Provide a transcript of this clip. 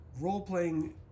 role-playing